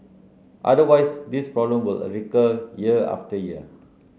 otherwise this problem will recur year after year